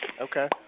Okay